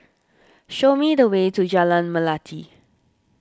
show me the way to Jalan Melati